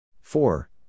Four